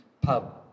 pub